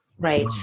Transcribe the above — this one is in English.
Right